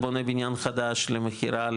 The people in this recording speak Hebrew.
בונה בניין חדש למכירה,